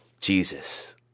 Jesus